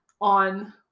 on